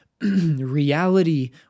reality